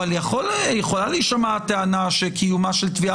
אבל יכולה להישמע טענה שקיומה של תביעה